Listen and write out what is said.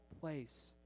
place